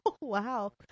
wow